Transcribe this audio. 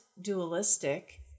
dualistic